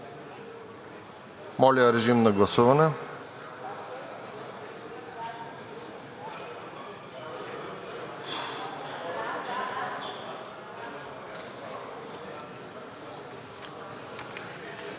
Моля, режим на гласуване.